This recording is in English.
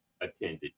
attended